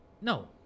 No